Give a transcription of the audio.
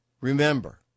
Remember